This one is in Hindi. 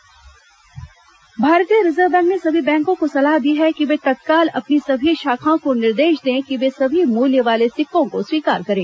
सिक्का आरबीआई निर्देश भारतीय रिजर्व बैंक ने सभी बैंको को सलाह दी है कि वे तत्काल अपनी सभी शाखाओं को निर्देश दें कि वे सभी मूल्य वाले सिक्कों को स्वीकार करें